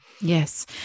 Yes